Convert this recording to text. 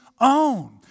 own